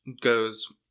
goes